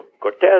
Cortez